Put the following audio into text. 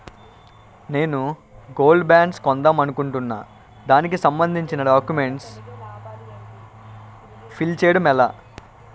నేను gold bonds కొందాం అనుకుంటున్నా దానికి సంబందించిన డాక్యుమెంట్స్ ఫిల్ చేయడం ఎలా?